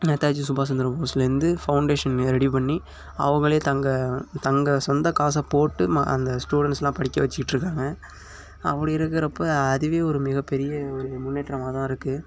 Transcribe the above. நேதாஜி சுபாஷ் சந்திர போஸ்லேருந்து ஃபவுண்டேஷனை ரெடி பண்ணி அவங்களே தங்கள் தங்கள் சொந்த காசை போட்டு ம அந்த ஸ்டூடெண்ட்ஸெலாம் படிக்க வச்சுக்கிட்டு இருக்காங்க அப்படி இருக்கிறப்ப அதுவே ஒரு மிகப்பெரிய ஒரு முன்னேற்றமாக தான் இருக்குது